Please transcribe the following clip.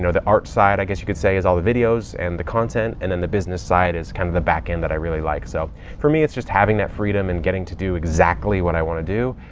the art side, i guess you could say, is all the videos and the content. and then the business side is kind of the back end that i really like. so for me, it's just having that freedom and getting to do exactly what i want to do,